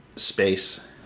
space